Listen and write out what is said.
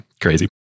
crazy